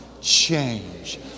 change